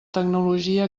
tecnologia